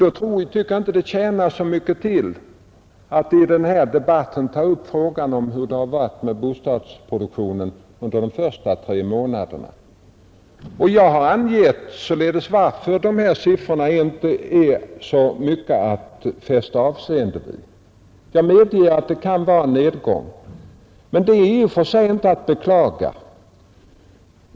Då tycker jag inte att det tjänar så mycket till att i denna debatt ta upp frågan om hur det har varit med bostadsproduktionen under de första tre månaderna i år. Jag har angivit varför de här siffrorna inte är så mycket att fästa avseende vid. Jag medger att det kan vara en nedgång, men det är i och för sig inte att beklaga.